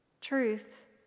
Truth